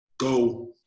Go